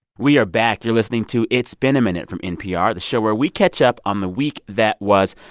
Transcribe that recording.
we are back. you're listening to it's been a minute from npr, the show where we catch up on the week that was.